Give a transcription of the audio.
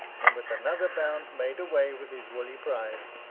and with another bound made away with his woolly prize,